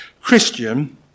Christian